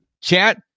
Chat